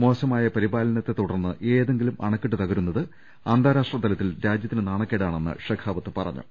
മോശമായ പരിപാല നത്തെ തുടർന്ന് ഏതെങ്കിലും അണക്കെട്ട് തകരുന്നത് അന്താരാഷ്ട്ര തല ത്തിൽ രാജ്യത്തിന് നാണക്കേടാണെന്ന് ഷെഖാവത്ത് പറഞ്ഞു